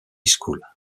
school